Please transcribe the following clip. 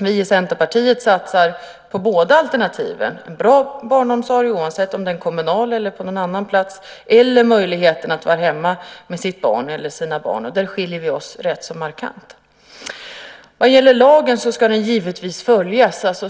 Vi i Centerpartiet satsar på båda alternativen: bra barnomsorg, oavsett om den är kommunal eller inte, och på möjligheten att vara hemma med sina barn. Där skiljer vi oss rätt så markant. Lagen ska givetvis följas.